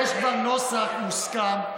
יש כבר נוסח מוסכם.